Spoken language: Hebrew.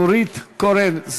נורית קורן,